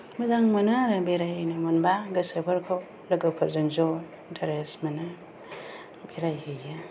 मोजां मोनो आरो बेरायनो मोनबा गोसोफोरखौ लोगोफोरजों ज' इन्टारेस मोनो बेरायहैयो